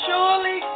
Surely